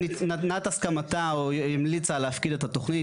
היא נתנה את הסכמתה או המליצה להפקיד את התכונית,